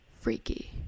freaky